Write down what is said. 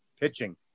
pitching